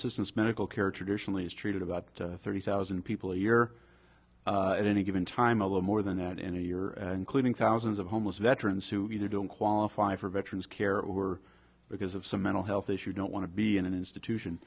systems medical care traditionally has treated about thirty thousand people a year at any given time a little more than that and you're including thousands of homeless veterans who either don't qualify for veterans care or because of some mental health issues don't want to be in an institution